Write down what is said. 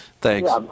Thanks